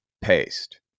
paste